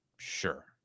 sure